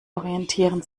orientieren